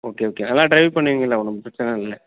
okay okay நல்லா drive பண்ணுவிங்கல்ல ஒன்றும் பிரச்சனை இல்லைல